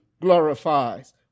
glorifies